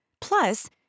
Plus